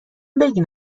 بگین